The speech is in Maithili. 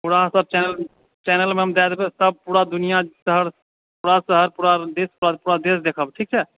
पूरा सबऽ चैनल चैनलमे हम दैदेबै सब पूरा दुनिआ शहर पूरा शहर पूरा देश पूरा प्रदेश देखब ठीक छै